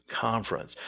conference